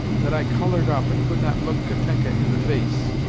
that i coloured up and could not look katenka in the face.